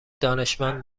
دانشمند